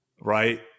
Right